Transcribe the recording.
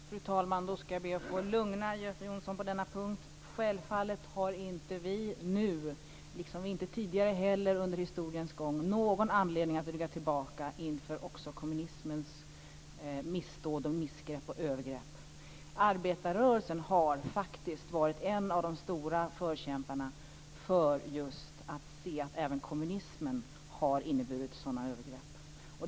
Fru talman! Jag ska be att få lugna Göte Jonsson på denna punkt. Självfallet har vi inte nu, liksom inte heller tidigare under historiens gång någon anledning att rygga tillbaka även inför kommunismens missdåd, missgrepp och övergrepp. Arbetarrörelsen har faktiskt varit en av de stora förkämparna just när det gäller att se att även kommunismen har inneburit sådana övergrepp.